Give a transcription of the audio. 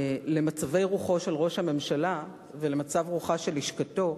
למצבי רוחו של ראש הממשלה ולמצב רוחה של לשכתו,